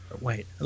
wait